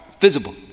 visible